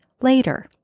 later